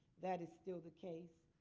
that is still the case.